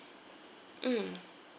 mm